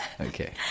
okay